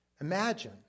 Imagine